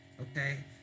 Okay